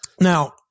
Now